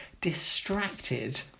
distracted